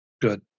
Good